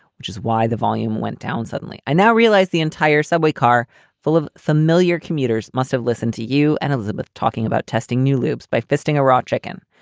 which is why the volume went down suddenly. i now realize the entire subway car full of familiar commuters must have listened to you and elizabeth talking about testing new loops by fisting a raw chicken.